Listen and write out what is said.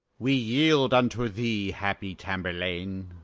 we yield unto thee, happy tamburlaine.